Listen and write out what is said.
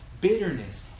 bitterness